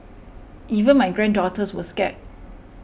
even my granddaughters were scared